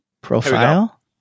Profile